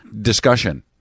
discussion